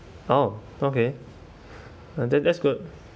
oh okay uh that that's good